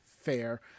Fair